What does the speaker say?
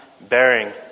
bearing